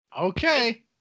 Okay